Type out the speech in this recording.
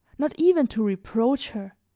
not even to reproach her,